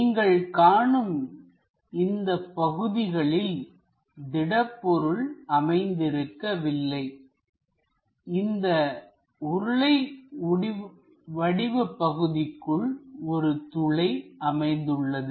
நீங்கள் காணும் இந்த பகுதிகளில் திடப்பொருள் அமைந்திருக்கவில்லை இந்தப் உருளை வடிவ பகுதிக்குள் ஒரு துளை அமைந்துள்ளது